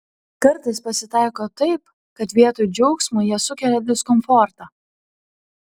kartais pasitaiko taip kad vietoj džiaugsmo jie sukelia diskomfortą